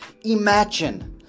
Imagine